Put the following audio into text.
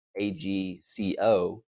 agco